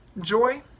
joy